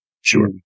Sure